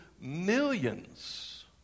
millions